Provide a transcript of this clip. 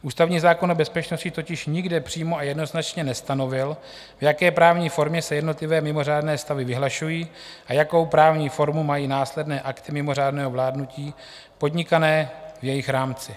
Ústavní zákon o bezpečnosti totiž nikde přímo a jednoznačně nestanovil, v jaké právní formě se jednotlivé mimořádné stavy vyhlašují a jakou právní formu mají následné akty mimořádného vládnutí podnikané v jejich rámci.